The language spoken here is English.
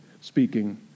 speaking